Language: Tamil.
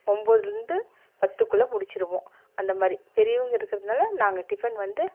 ஒம்பதிலிருந்து பத்துக்குள் முடித்திடுவோம் அந்த மாதிரி பெரியவங்க இருக்கிறதுனால நாங்கள் டிஃபன் வந்து